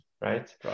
Right